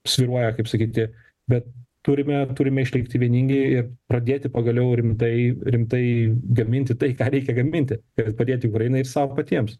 svyruoja kaip sakyti bet turime turime išlikti vieningi ir pradėti pagaliau rimtai rimtai gaminti tai ką reikia gaminti ir padėti ukrainai ir sau patiems